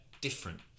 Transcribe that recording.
different